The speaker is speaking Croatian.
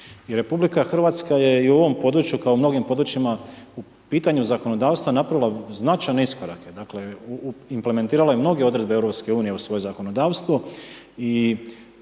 RH je u ovom području kao i mnogim područjima u pitanju zakonodavstva napravila značajan iskorake, dakle, implementirala je mnoge odredbe EU u svoje zakonodavstvo